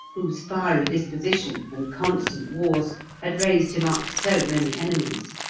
whose fiery disposition and constant wars had raised him up so many enemies.